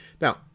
Now